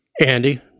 Andy